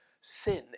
sin